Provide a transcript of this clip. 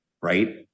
right